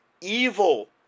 evil